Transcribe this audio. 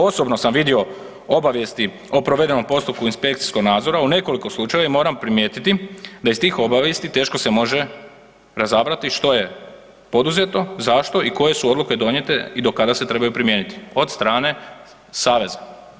Osobno sam vidio obavijesti o provedenom postupku inspekcijskog nadzora u nekoliko slučajeva i moram primijetiti da ih tih obavijesti teško se može razabrati što je poduzeto, zašto i koje su odluke donijete i do kada se trebaju primijeniti od strane saveza.